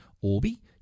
Orbi